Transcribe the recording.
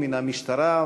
מהמשטרה,